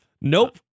Nope